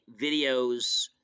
videos